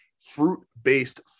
fruit-based